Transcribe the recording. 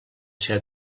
ser